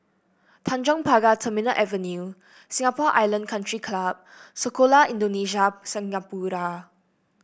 Tanjong Pagar Terminal Avenue Singapore Island Country Club Sekolah Indonesia Singapura